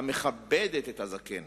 המכבדת את הזקן